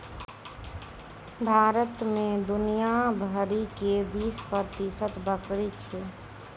भारत मे दुनिया भरि के बीस प्रतिशत बकरी छै